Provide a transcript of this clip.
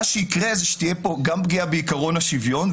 מה שיקרה הוא שתהיה פה גם פגיעה בעיקרון השוויון,